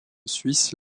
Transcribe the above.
suisse